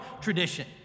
tradition